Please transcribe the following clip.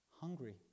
hungry